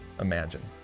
imagine